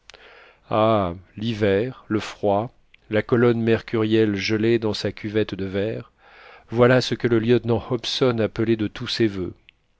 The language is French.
ah l'hiver le froid la colonne mercurielle gelée dans sa cuvette de verre voilà ce que le lieutenant hobson appelait de tous ses voeux